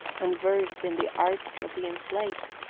and versed in the arts of the enslaved.